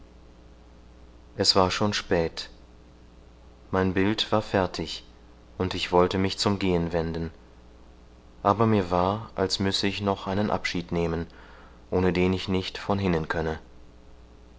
es war schon spät mein bild war fertig und ich wollte mich zum gehen wenden aber mir war als müsse ich noch einen abschied nehmen ohne den ich nicht von hinnen könne